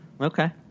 Okay